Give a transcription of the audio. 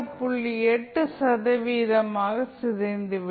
8 சதவீதம் ஆக சிதைந்துவிடும்